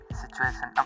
situation